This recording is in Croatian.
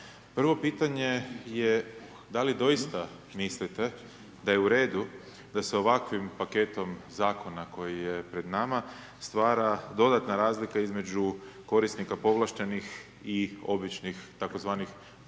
Prvo pitanje je da li doista mislite da je u redu da se ovakvim paketom zakona koji je pred nama stvara dodatna razlika između korisnika povlaštenih i običnih, tzv.